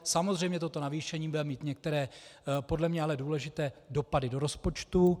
Samozřejmě toto navýšení bude mít některé podle mě ale důležité dopady do rozpočtu.